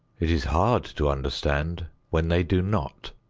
it is hard to understand when they do not.